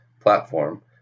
platform